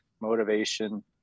motivation